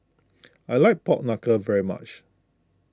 I like Pork Knuckle very much